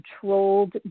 controlled